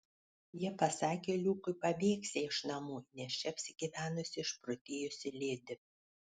jie pasakė liukui pabėgsią iš namų nes čia apsigyvenusi išprotėjusi ledi